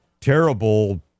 terrible